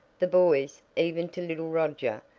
the boys, even to little roger,